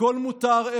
הכול מותר,